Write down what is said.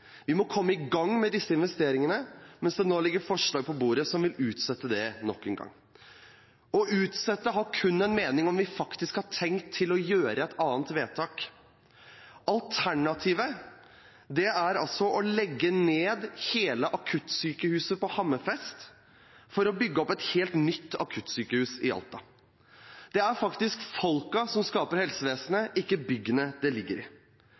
Vi må komme i gang med disse investeringene – men det ligger nå forslag på bordet om å utsette det nok engang. Å utsette har kun en mening om vi faktisk har tenkt å gjøre et annet vedtak. Alternativet er å legge ned hele akuttsykehuset i Hammerfest for å bygge opp et helt nytt akuttsykehus i Alta. Det er faktisk folkene som skaper helsevesenet, ikke byggene.